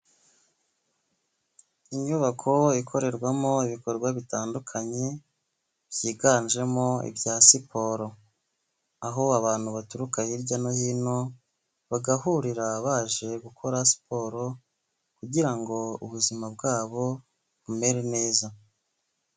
Inyubako ikorerwamo ibikorwa bitandukanye byiganjemo ibya siporo, aho abantu baturuka hirya no hino bagahurira baje gukora siporo kugira ngo ubuzima bwabo bumere neza.